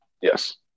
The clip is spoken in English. Yes